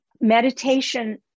Meditation